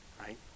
Right